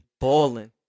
balling